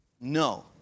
No